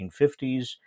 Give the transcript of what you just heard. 1950s